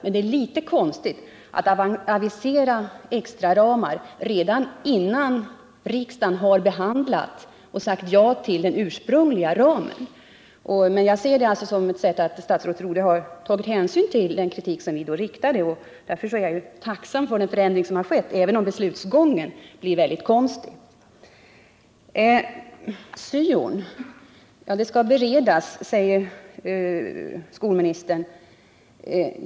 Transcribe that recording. Det är visserligen litet konstigt att avisera extraramar redan innan riksdagen har behandlat och sagt ja till den ursprungliga ramen, men jag ser detta som ett bevis på att statsrådet Rodhe tagit hänsyn till den kritik som vi riktade mot gymnasieplaneringen. Därför är jag tacksam för den förändring som har skett, även om beslutsgången blir litet konstig. SYO:n skall beredas, säger skolministern.